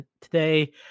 today